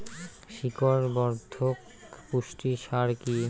শিকড় বর্ধক পুষ্টি সার কি?